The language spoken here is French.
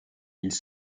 mille